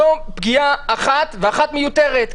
זו פגיעה אחת ואחת מיותרת.